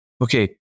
okay